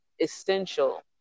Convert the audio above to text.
essential